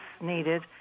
needed